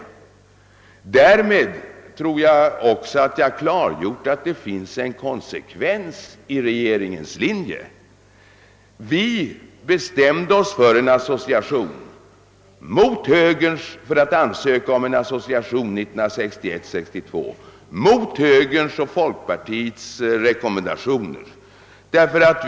Därmed tror jag att jag har klargjort att det finns en konsekvens i regeringens linje. Mot högerns och folkpartiets rekommendation bestämde vi oss 1961— 1962 för att ansöka om en associering.